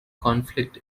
conflict